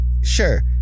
Sure